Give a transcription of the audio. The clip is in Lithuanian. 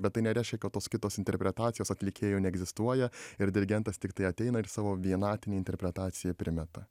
bet tai nereiškia kad tos kitos interpretacijos atlikėjų neegzistuoja ir dirigentas tiktai ateina ir savo vienatinį interpretaciją primeta